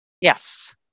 Yes